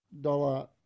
dollar